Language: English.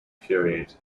period